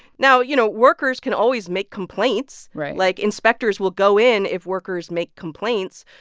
now, you know, workers can always make complaints right like, inspectors will go in if workers make complaints,